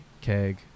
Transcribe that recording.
keg